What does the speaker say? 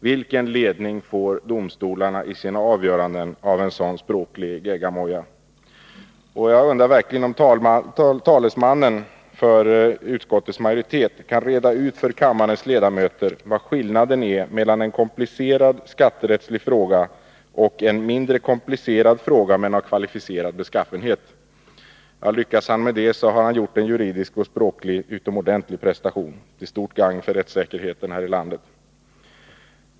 Vilken ledning får domstolarna i sina avgöranden av en sådan språklig geggamoja? Jag undrar om talesmannen för utskottsmajoriteten kan reda ut för kammarens ledamöter vad skillnaden är mellan en komplicerad skatterättslig fråga och en mindre komplicerad fråga som är av kvalificerad beskaffenhet. Lyckas han med det har han gjort en juridisk och språkligt utomordentlig prestation till stort gagn för rättssäkerheten här i landet.